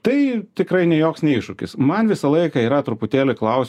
tai tikrai ne joks ne iššūkis man visą laiką yra truputėlį klaus